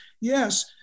Yes